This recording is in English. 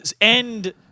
end